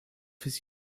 his